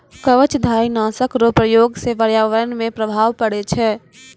कवचधारी नाशक रो प्रयोग से प्रर्यावरण मे प्रभाव पड़ै छै